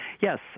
yes